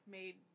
made